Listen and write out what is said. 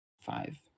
five